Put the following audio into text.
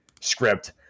script